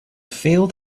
failed